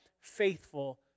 faithful